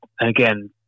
Again